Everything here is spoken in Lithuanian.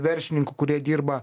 verslininkų kurie dirba